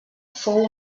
fou